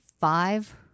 five